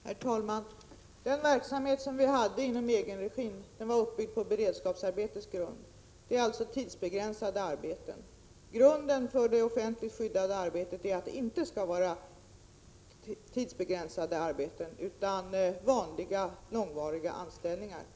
Herr talman! Den verksamhet som vi hade inom egenregin var uppbyggd på beredskapsarbetets grund. Det var alltså tidsbegränsade arbeten. Grunden för det offentligt skyddade arbetet är att det inte skall vara tidsbegränsade arbeten utan vanliga långvariga anställningar.